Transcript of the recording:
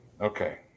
Okay